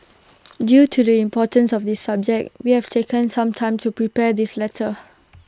due to the importance of the subject we have taken some time to prepare this letter